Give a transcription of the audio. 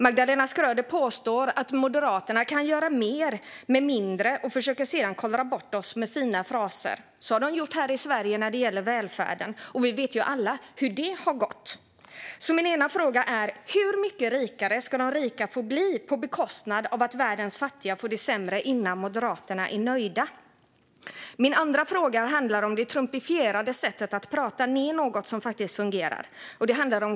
Magdalena Schröder påstår att Moderaterna kan göra mer med mindre och försöker sedan kollra bort oss med fina fraser. Så har Moderaterna gjort här i Sverige med välfärden, och vi vet alla hur det har gått. Min ena fråga är: Hur mycket rikare ska de rika få bli till priset av att världens fattiga får det sämre innan Moderaterna är nöjda? Min andra fråga handlar om det trumpifierade sättet att prata ned något som faktiskt fungerar.